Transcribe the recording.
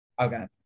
okay